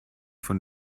von